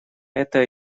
это